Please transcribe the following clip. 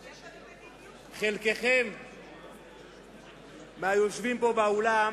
זה עניין של מדיניות, חלק מהיושבים פה באולם